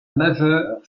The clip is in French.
majeur